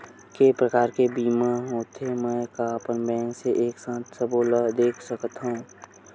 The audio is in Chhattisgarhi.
के प्रकार के बीमा होथे मै का अपन बैंक से एक साथ सबो ला देख सकथन?